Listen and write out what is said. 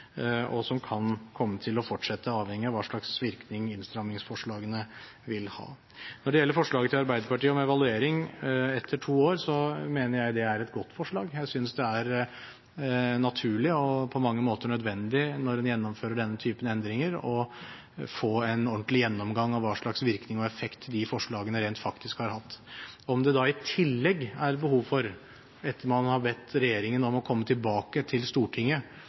og som kan komme til å fortsette, avhengig av hva slags virkning innstramningsforslagene vil ha. Når det gjelder forslaget til Arbeiderpartiet om evaluering etter to år, mener jeg det er et godt forslag. Jeg synes det er naturlig og på mange måter nødvendig når en gjennomfører denne typen endringer, å få en ordentlig gjennomgang av hva slags virkning og effekt forslagene rent faktisk har hatt. Om det da i tillegg er behov for noe mer – etter at man har bedt regjeringen om å komme tilbake til Stortinget